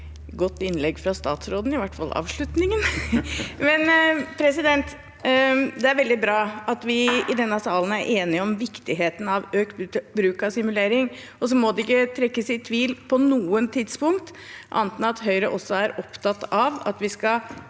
godt innlegg fra statsråden, i hvert fall avslutningen. Det er veldig bra at vi i denne salen er enige om viktigheten av økt bruk av simulering, og så må det ikke på noe tidspunkt trekkes i tvil at Høyre også er opptatt av at vi skal